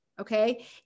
Okay